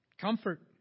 comfort